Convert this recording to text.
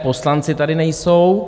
Poslanci tady nejsou.